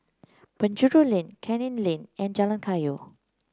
Penjuru Lane Canning Lane and Jalan Kayu